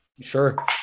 Sure